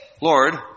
Lord